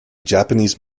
japanese